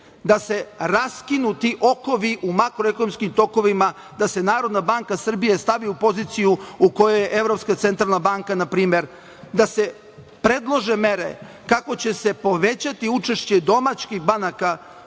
da se raskinu ti okovi u makroekonomskim tokovima, da se Narodna banka Srbije stavi u poziciju u kojoj je Evropska centralna banka, da se predlože mere kako će se povećati učešće domaćih banaka